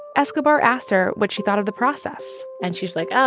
escobar asked her what she thought of the process and she's like, oh,